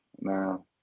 No